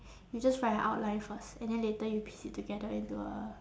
you just write an outline first and then later you piece it together into a